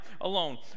alone